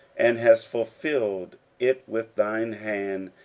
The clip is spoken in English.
and hast fulfilled it with thine hand,